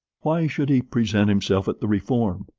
why should he present himself at the reform?